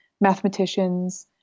mathematicians